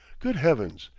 good heavens!